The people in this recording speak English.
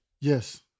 Yes